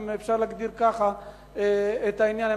אם אפשר להגדיר ככה את העניין,